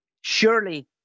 Surely